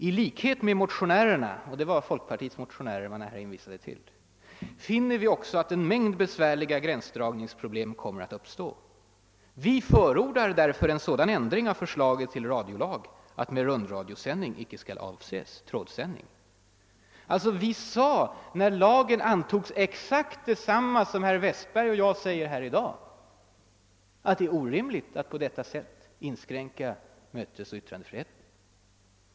I likhet med motionärerna» — det är alltså folkpartiets motionärer man här hänvisar till — »finner utskottet också att en mängd besvärliga gränsdragningsproblem kommer att uppstå. När lagen antogs sade vi alltså exakt detsamma som herr Westberg i Ljusdal och jag säger i dag; att det är orimligt att på detta sätt inskränka mötesoch yttrandefriheten.